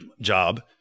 job